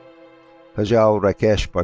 kajal rakesh but